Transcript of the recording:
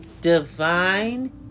divine